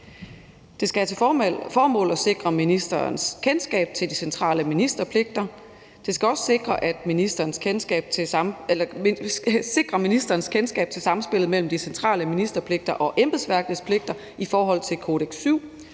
Det skal have til formål at sikre ministerens kendskab til de centrale ministerpligter. Det skal også sikre ministerens kendskab til samspillet mellem de centrale ministerpligter og embedsværkets pligter i forhold til »Kodex